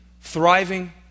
thriving